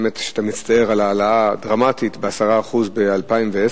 שבאמת אתה מצטער על העלייה הדרמטית ב-10% ב-2010.